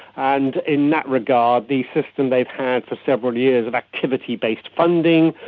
and in that regard the system they've had for several years of activity-based funding,